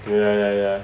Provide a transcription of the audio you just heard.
yeah yeah yeah